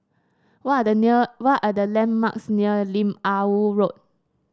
what are the near what are the landmarks near Lim Ah Woo Road